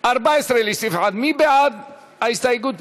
14 לסעיף 1, מי בעד ההסתייגות?